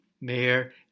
Mayor